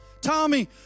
Tommy